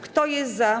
Kto jest za?